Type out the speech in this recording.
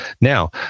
Now